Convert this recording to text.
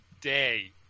day